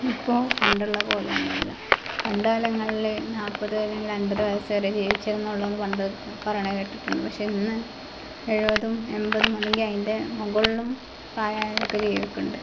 ഇപ്പോൾ പണ്ടുള്ളത് പോലെ ഒന്നും അല്ല പണ്ട് കാലങ്ങളിൽ നാൽപ്പത് അല്ലെങ്കിൽ അമ്പത് വയസ് വാരെ ജീവിച്ചിരിന്നുള്ളു പണ്ടൊക്കെ പറയുന്നത് കേട്ടിട്ടുണ്ട് പക്ഷേ ഇന്ന് എഴുപതും എമ്പതുമല്ലെങ്കിൽ അതിൻ്റെ മുകളിലും പ്രായമായവരൊക്കെ ജീവിക്കുന്നുണ്ട്